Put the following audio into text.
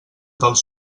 dels